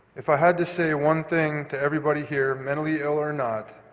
if i had to say one thing to everybody here, mentally ill or not,